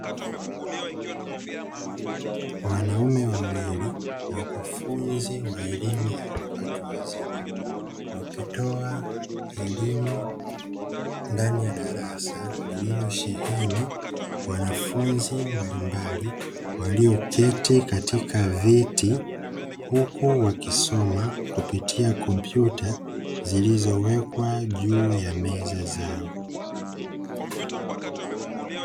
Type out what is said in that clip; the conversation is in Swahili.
Wanaume wawili wakufunzi wa elimu ya watu wazima wakitoa elimu ndani ya darasa lililosheheni wanafunzi mbalimbali walioketi katika viti huku wakisoma kupitia kompyuta zilizowekwa juu ya meza zao.